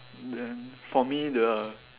then for me the